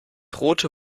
rote